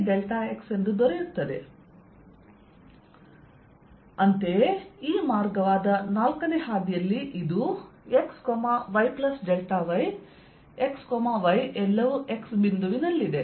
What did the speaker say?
dl|3 ExX ExxyX Ex∂yYX ಅಂತೆಯೇ ಈ ಮಾರ್ಗವಾದ 4 ನೇ ಹಾದಿಯಲ್ಲಿ ಇದು x y y x y ಎಲ್ಲವೂ x ಬಿಂದುವಿನಲ್ಲಿದೆ